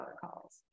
calls